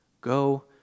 Go